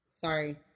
Sorry